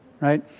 Right